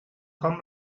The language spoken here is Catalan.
com